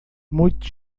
muito